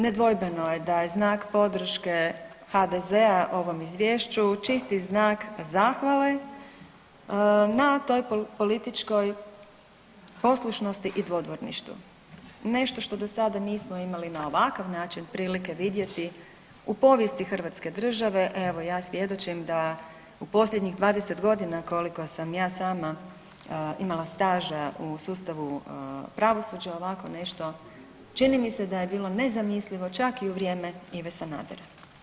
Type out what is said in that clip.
Nedvojbeno je da je znak podrške HDZ ovom izvješću čisti znak zahvale na toj političkoj poslušnosti i dodvorništvu, nešto do sada nismo imali na ovakav način prilike vidjeti u povijesti Hrvatske države, evo ja svjedočim da u posljednjih 20 godina koliko sam ja sama imala staža u sustavu pravosuđa ovako nešto čini mi se da je bilo nezamislivo čak i u vrijeme Ive Sanadera.